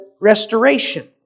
restoration